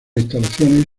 instalaciones